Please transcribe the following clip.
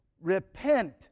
repent